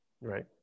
Right